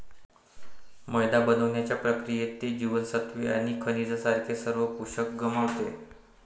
मैदा बनवण्याच्या प्रक्रियेत, ते जीवनसत्त्वे आणि खनिजांसारखे सर्व पोषक गमावते